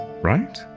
right